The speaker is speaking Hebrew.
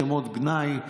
שמות גנאי.